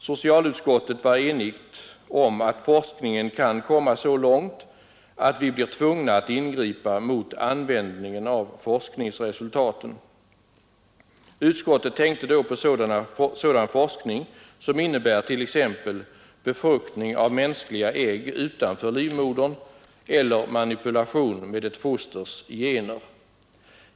Socialutskottet var enigt om att forskningen kan komma så långt att vi blir tvungna att ingripa mot användningen av forskningsresultaten. Utskottet tänkte då på sådan forskning som innebär t.ex. befruktning av mänskliga ägg utanför livmodern eller manipulation med ett fosters gener.